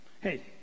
Hey